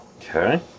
Okay